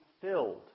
filled